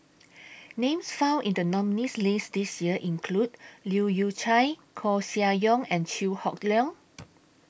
Names found in The nominees' list This Year include Leu Yew Chye Koeh Sia Yong and Chew Hock Leong